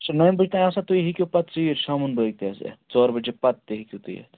أسۍ چھِ نیہِ بَجہِ تانۍ آسان تُہۍ ہیٚکِو پَتہٕ ژیٖرۍ شامن بٲگۍ تہِ حظ یِتھ ژور بَجے پَتہٕ تہِ ہیٚکِو تُہۍ یِتھ